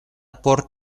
por